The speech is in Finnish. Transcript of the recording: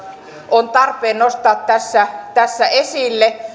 on tarpeen nostaa tässä tässä esille